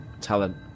talent